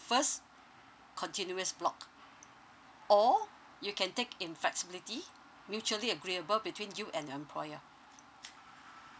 first continuous block or you can take in flexibility mutually agreeable between you and your employer